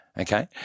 okay